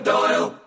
Doyle